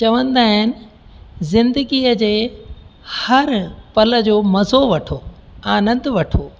चवंदा आहिनि ज़िंदगीअ जे हर पल जो मज़ो वठो आनंदु वठो